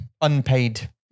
unpaid